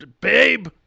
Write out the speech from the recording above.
babe